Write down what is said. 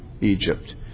Egypt